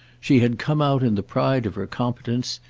she had come out in the pride of her competence,